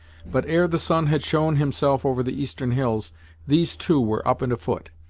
but ere the sun had shown himself over the eastern hills these too were up and afoot,